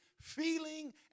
feeling